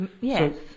yes